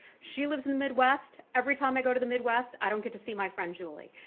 she lives in the midwest. every time i go to the midwest, i don't get to see my friend julie.